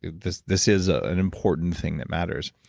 this this is ah an important thing that matters.